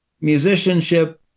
musicianship